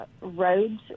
roads